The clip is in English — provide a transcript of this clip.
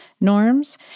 norms